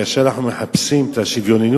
כאשר אנחנו מחפשים את השוויוניות,